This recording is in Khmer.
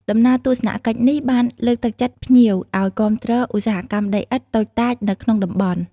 ដំណើរទស្សនកិច្ចនេះបានលើកទឹកចិត្តភ្ញៀវឱ្យគាំទ្រ ឧស្សាហកម្មដីឥដ្ឋ តូចតាចនៅក្នុងតំបន់។